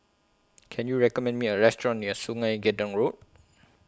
Can YOU recommend Me A Restaurant near Sungei Gedong Road